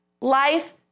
Life